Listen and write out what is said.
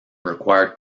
required